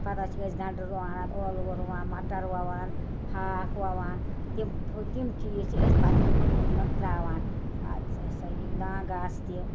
پتہٕ حظ چھِ أسۍ گنٛڈٕ رُوان ٲلٕوٕ رُوان مَٹَر وَوان ہاکھ وَوان تِم پھٔہ تِم چیٖز چھِ أسۍ پتہٕ یِمَن گُپنَن ترٛاوان یہِ ہسا یہِ دان گاسہٕ تہِ